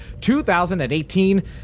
2018